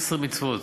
עשר מצוות,